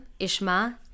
Ishma